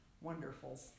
wonderful